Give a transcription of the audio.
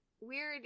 weird